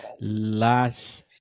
last